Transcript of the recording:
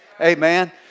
Amen